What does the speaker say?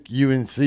unc